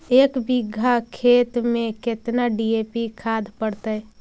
एक बिघा खेत में केतना डी.ए.पी खाद पड़तै?